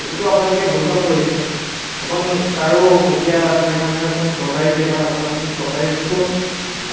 এইটোতো আপোনালোকে ভুল কাম কৰিছে এইকণ কাৰো সুকীয়া জেগা নহয় নহয় এইকণ চৰকাৰী জেগা অকণ আপুনি চৰকাৰীটো